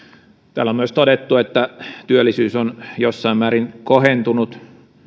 täällä on myös todettu että työllisyys on jossain määräin kohentunut